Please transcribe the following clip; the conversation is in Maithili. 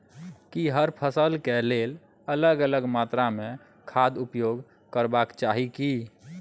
की हर फसल के लेल अलग अलग मात्रा मे खाद उपयोग करबाक चाही की?